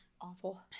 Awful